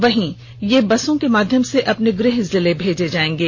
वहीं से ये बसों के माध्यम से अपने गृह जिले भेजे जाएगें